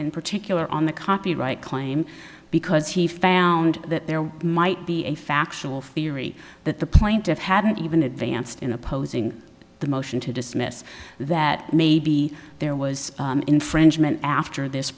in particular on the copyright claim because he found that there might be a factual fieri that the plaintiffs hadn't even advanced in opposing the motion to dismiss that maybe there as infringement after this